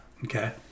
Okay